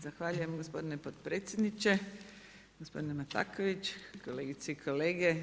Zahvaljujem gospodine potpredsjedniče, gospodine Mataković, kolegice i kolege.